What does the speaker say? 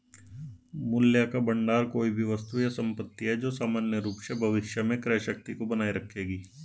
मूल्य का भंडार कोई भी वस्तु या संपत्ति है जो सामान्य रूप से भविष्य में क्रय शक्ति को बनाए रखेगी